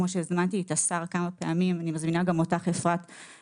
כמו שהזמנתי את השר כמה פעמים ואני מזמינה גם אותך יושבת-ראש הוועדה,